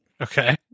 Okay